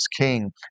king